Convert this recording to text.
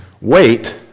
wait